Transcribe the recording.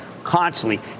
Constantly